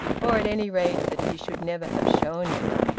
or, at any rate, that he should never have shown it.